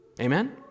Amen